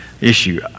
issue